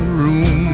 room